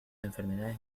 enfermedades